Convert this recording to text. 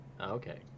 okay